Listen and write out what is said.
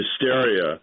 hysteria